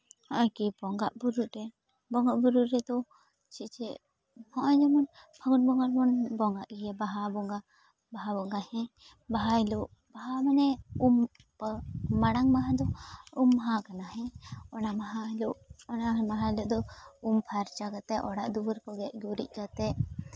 ᱟᱨᱠᱤ ᱵᱚᱸᱜᱟᱜ ᱵᱩᱨᱩᱜ ᱨᱮ ᱵᱚᱸᱜᱟ ᱵᱩᱨᱩᱜ ᱨᱮᱫᱚ ᱪᱮᱫ ᱪᱮᱫ ᱦᱚᱸᱜᱼᱚᱭ ᱡᱮᱢᱚᱱ ᱯᱷᱟᱹᱜᱩᱱ ᱵᱚᱸᱜᱟ ᱨᱮᱵᱚᱱ ᱵᱚᱸᱜᱟᱜ ᱜᱮᱭᱟ ᱵᱟᱦᱟ ᱵᱚᱸᱜᱟ ᱵᱟᱦᱟ ᱵᱚᱸᱜᱟ ᱦᱮᱸ ᱵᱟᱦᱟ ᱦᱤᱞᱳᱜ ᱵᱟᱦᱟ ᱢᱟᱱᱮ ᱩᱢ ᱢᱟᱲᱟᱝ ᱢᱟᱦᱟ ᱫᱚ ᱩᱢ ᱢᱟᱦᱟ ᱠᱟᱱᱟ ᱦᱮᱸ ᱚᱱᱟ ᱢᱟᱦᱟ ᱦᱤᱞᱳᱜ ᱚᱱᱟ ᱢᱟᱦᱟ ᱦᱤᱞᱳᱜ ᱫᱚ ᱩᱢ ᱯᱷᱟᱨᱪᱟ ᱠᱟᱛᱮᱜ ᱚᱲᱟᱜ ᱫᱩᱣᱟᱹᱨ ᱠᱚ ᱜᱮᱡ ᱜᱩᱨᱤᱡ ᱠᱟᱛᱮᱜ